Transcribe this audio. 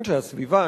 אנשי הסביבה,